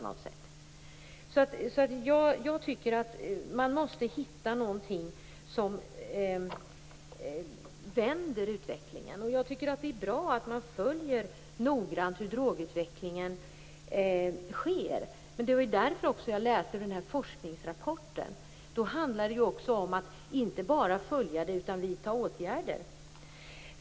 Vi måste hitta någonting som vänder utvecklingen. Jag tycker att det är bra att vi noggrant följer drogutvecklingen. Det var därför som jag läste ur forskningsrapporten. Då handlar det om att inte bara följa utvecklingen utan också vidta åtgärder.